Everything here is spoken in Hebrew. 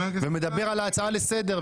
ומדבר על ההצעה לסדר.